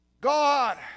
God